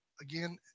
Again